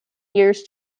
years